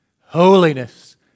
Holiness